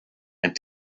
and